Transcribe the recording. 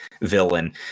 villain